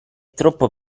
troppo